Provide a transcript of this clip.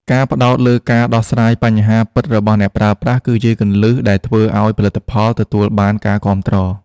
ការផ្ដោតលើការដោះស្រាយបញ្ហាពិតរបស់អ្នកប្រើប្រាស់គឺជាគន្លឹះដែលធ្វើឱ្យផលិតផលទទួលបានការគាំទ្រ។